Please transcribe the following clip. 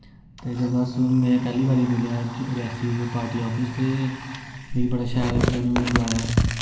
ते जदूं अस में पैह्ली बारी मिल्लेआ रेआसी पार्टी आफिस ते मिगी बड़ा शैल लग्गेआ उ'नें मी बुलाया